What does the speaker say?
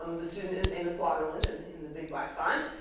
um the student is amos waterland and in the big, black font.